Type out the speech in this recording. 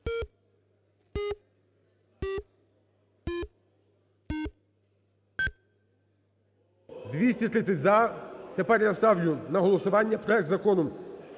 За-230 Тепер я ставлю на голосування проект Закону